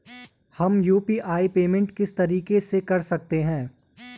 हम UPI payment किस तरीके से कर सकते हैं?